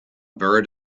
bird